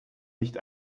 nicht